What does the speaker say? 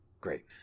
great